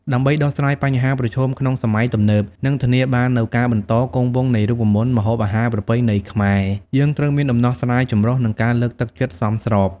ដើម្បីដោះស្រាយបញ្ហាប្រឈមក្នុងសម័យទំនើប និងធានាបាននូវការបន្តគង់វង្សនៃរូបមន្តម្ហូបអាហារប្រពៃណីខ្មែរ យើងត្រូវមានដំណោះស្រាយចម្រុះ និងការលើកទឹកចិត្តសមស្រប។